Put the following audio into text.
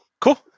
Cool